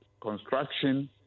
construction